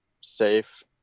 safe